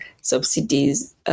subsidies